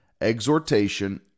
exhortation